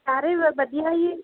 ਸਾਰੇ ਵ ਵਧੀਆ ਜੀ